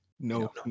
No